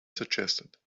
suggested